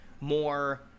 more